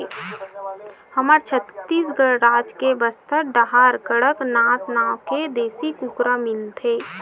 हमर छत्तीसगढ़ राज के बस्तर डाहर कड़कनाथ नाँव के देसी कुकरा मिलथे